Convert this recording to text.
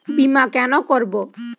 বিমা কেন করব?